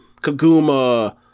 Kaguma